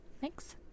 Thanks